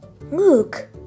look